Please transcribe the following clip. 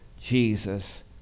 Jesus